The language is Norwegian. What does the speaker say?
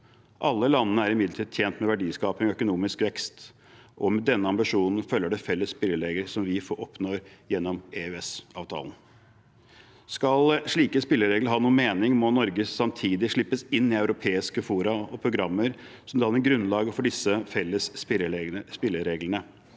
Alle landene er imidlertid tjent med verdiskaping og økonomisk vekst, og med denne ambisjonen følger det felles spilleregler som vi oppnår gjennom EØSavtalen. Skal slike spilleregler ha noen mening, må Norge samtidig slippes inn i europeiske fora og programmer som danner grunnlaget for disse felles spillereglene.